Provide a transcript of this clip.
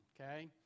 okay